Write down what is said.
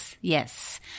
Yes